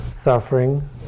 Suffering